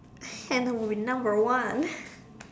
and we win number one